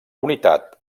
unitat